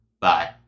Bye